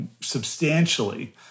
substantially